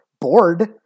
bored